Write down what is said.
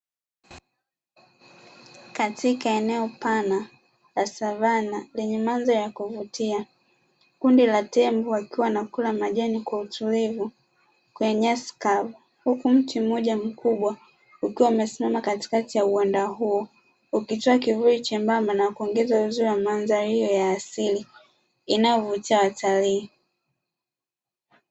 Katika eneo pana la savana lenye mandhari ya kuvutia, kundi la tembo wakiwa wanakula majani kwa utulivu kwenye nyasi kavu, huku mti mmoja mkubwa ukiwa umesimama katikati ya uwanda huo, ukitoa kivuli chembamba na kuongeza uzuri wa mandhari hiyo ya asili, inayovutia watalii.